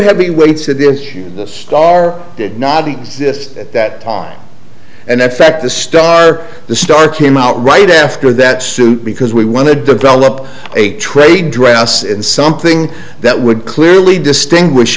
heavyweights of the star did not exist at that time and that fact the star or the star came out right after that suit because we want to develop a trade dress and something that would clearly distinguish